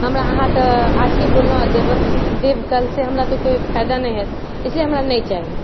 हमरा अहाँ तऽ आजके बोललहुँ आ देब देब कल से हमरा तऽ कोइ फायदा नहि हाएत इसलिए हमरा नहि चाही